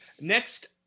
Next